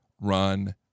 run